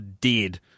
dead